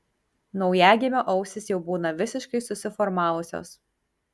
naujagimio ausys jau būna visiškai susiformavusios